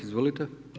Izvolite.